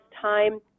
time